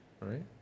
right